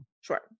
Sure